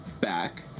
back